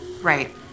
Right